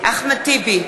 אחמד טיבי,